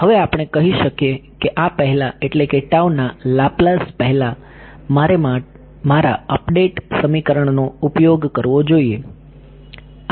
હવે આપણે કહી શકીએ કે આ પહેલા એટલે કે ના લાપ્લાસ પહેલા મારે મારા અપડેટ સમીકરણનો ઉપયોગ કરવો જોઈએ